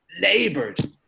labored